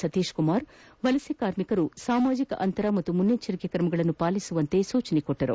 ಸತೀಶ್ಕುಮಾರ್ ವಲಸೆ ಕಾರ್ಮಿಕರು ಸಾಮಾಜಿಕ ಅಂತರ ಪಾಗೂ ಮುನೈಚ್ಹರಿಕಾ ಕ್ರಮಗಳನ್ನು ಪಾಲಿಸುವಂತೆ ಸೂಚಿಸಿದರು